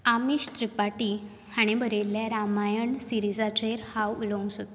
आमीश त्रिपाटी हाणें बरयल्लें रामायण सिरिजाचेर हांव उलोवंक सोदतां